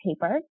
paper